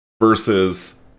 versus